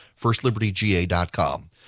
Firstlibertyga.com